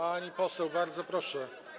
Pani poseł, bardzo proszę.